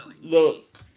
look